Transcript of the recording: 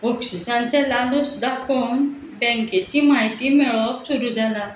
बक्षिसांचे लालोस दाखोवन बँकेची म्हायती मेळप सुरू जालां